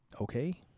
Okay